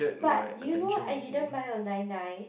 but did you know I didn't buy on nine nine